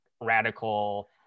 radical